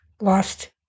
lost